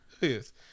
yes